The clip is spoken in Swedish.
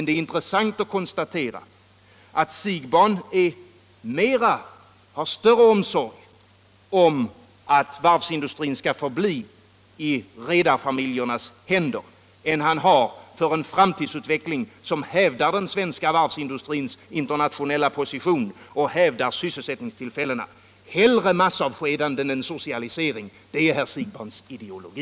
Det är intressant att konstatera att herr Siegbahn har större omsorg om att varvsindustrin skall förbli i redarfamiljernas händer än han har för en framtidsutveckling som hävdar den svenska varvsindustrins internationella position och slår vakt om sysselsättningstillfällena. Hellre massavskedanden än socialisering — det är herr Siegbahns ideologi.